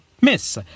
Miss